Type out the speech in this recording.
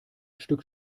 stück